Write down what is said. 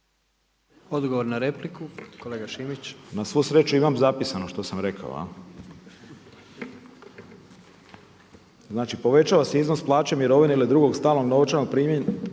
Odgovor na repliku, kolega Šimić. **Šimić, Miroslav (MOST)** Na svu sreću imam zapisano što sam rekao. Znači, povećava se iznos plaće, mirovine ili drugog stalnog novčanog primanja